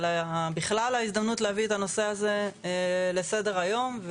ובכלל ההזדמנות להביא את הנושא הזה לסדר היום.